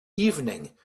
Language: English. evening